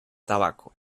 tabaco